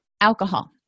alcohol